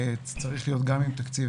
זה צריך להיות גם עם תקציב,